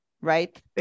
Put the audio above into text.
right